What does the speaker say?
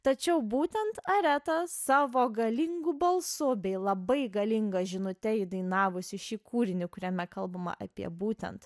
tačiau būtent areta savo galingu balsu bei labai galinga žinute įdainavusi šį kūrinį kuriame kalbama apie būtent